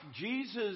Jesus